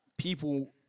people